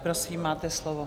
Prosím, máte slovo.